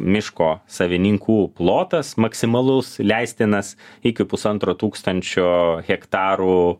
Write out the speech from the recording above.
miško savininkų plotas maksimalus leistinas iki pusantro tūkstančio hektarų